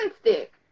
stick